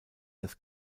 das